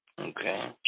Okay